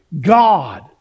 God